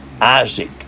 Isaac